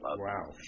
Wow